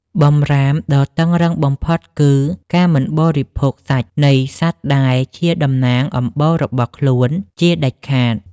បម្រាមដ៏តឹងរ៉ឹងបំផុតគឺ "ការមិនបរិភោគសាច់" នៃសត្វដែលជាតំណាងអំបូររបស់ខ្លួនជាដាច់ខាត។